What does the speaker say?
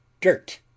dirt